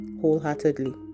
wholeheartedly